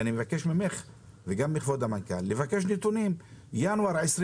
ואני מבקש ממך ומהמנכ"ל לבקש נתונים של ינואר 2021